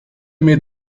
mir